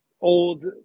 old